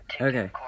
Okay